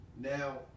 now